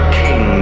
king